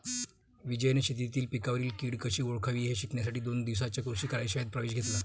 विजयने शेतीतील पिकांवरील कीड कशी ओळखावी हे शिकण्यासाठी दोन दिवसांच्या कृषी कार्यशाळेत प्रवेश घेतला